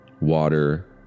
water